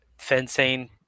fencing